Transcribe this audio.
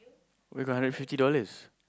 where got hundred fifty dollars